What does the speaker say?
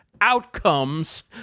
outcomes